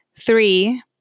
Three